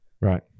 Right